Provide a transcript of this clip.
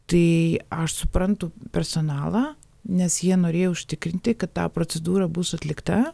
tai aš suprantu personalą nes jie norėjo užtikrinti kad ta procedūra bus atlikta